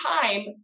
time